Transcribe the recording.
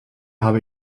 habe